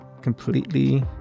completely